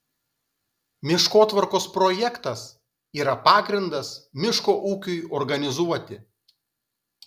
miškotvarkos projektas yra pagrindas miško ūkiui organizuoti